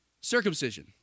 Circumcision